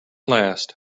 last